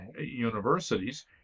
universities